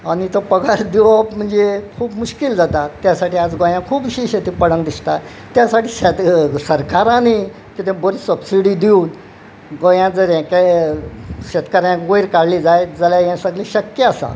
आनी तो पगार दिवोप म्हणजे खूब मुश्कील जाता त्या साठी आज गोंयाक खूब अशी शेती पडट दिसता त्या साठी शेत सरकारांनी बरी सबसिडी दिवून गोंयान जर हे शेतकार वयर काडले जायत जाल्यार हे सगले शक्य आसा